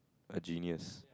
a genius